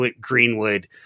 Greenwood